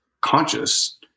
conscious